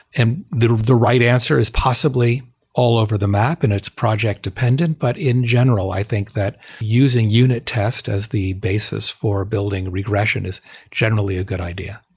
and the the right answer is possibly all over the map and its project dependent. but in general, i think that using unit test as the basis for building regression is generally a good idea.